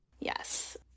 Yes